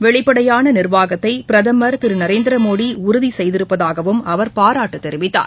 வெளிப்படையான நிர்வாகத்தை பிரதமர் திரு உறுதி நரேந்திர செய்திருப்பதாகவும் அவர் பாராட்டு தெரிவித்தார்